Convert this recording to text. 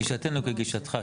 גישתנו כגישתך,